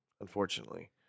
unfortunately